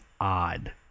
odd